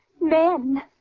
men